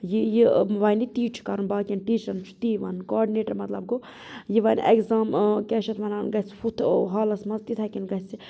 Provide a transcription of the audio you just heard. یہِ یہِ ونہِ تی چھُ کَرُن باقیَن ٹیچرَن چھُ تی وَنُن کاڈنیٹَر مَطلَب گوٚو یہِ وَنہِ ایٚکزام کیاہ چھِ اَتھ وَنان گَژھ ہُتھ حالَس منٛز تِتھے کَنۍ گَژھہِ